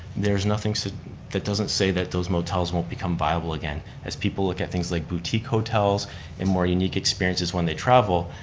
there's nothing, that doesn't say that those motels won't become viable again as people look at things like boutique hotels and more unique experiences when they travel,